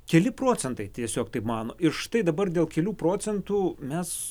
keli procentai tiesiog taip mano ir štai dabar dėl kelių procentų mes